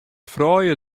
froulju